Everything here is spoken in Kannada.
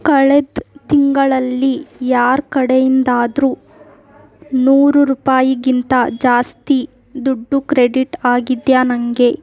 ಕಳೆದ ತಿಂಗಳಲ್ಲಿ ಯಾರ ಕಡೆಯಿಂದಾದರೂ ನೂರು ರೂಪಾಯಿಗಿಂತ ಜಾಸ್ತಿ ದುಡ್ಡು ಕ್ರೆಡಿಟ್ ಆಗಿದೆಯಾ ನನಗೆ